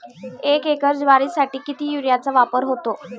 एक एकर ज्वारीसाठी किती युरियाचा वापर होतो?